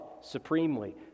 supremely